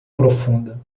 profunda